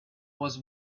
was